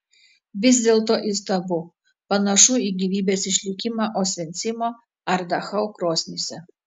vis dėlto įstabu panašu į gyvybės išlikimą osvencimo ar dachau krosnyse